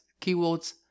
keywords